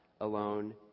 alone